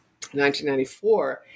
1994